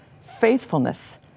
faithfulness